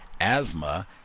asthma